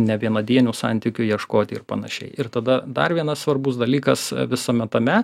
nevienadienių santykių ieškoti ir panašiai ir tada dar vienas svarbus dalykas visame tame